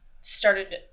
started